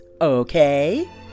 Okay